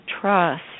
trust